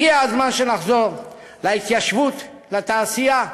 הגיע הזמן שנחזור להתיישבות, לתעשייה,